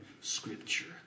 scripture